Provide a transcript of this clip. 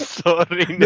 sorry